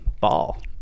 ball